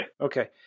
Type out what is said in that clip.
Okay